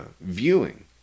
viewing